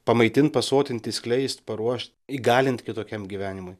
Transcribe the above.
pamaitint pasotint išskleist paruošt įgalint kitokiam gyvenimui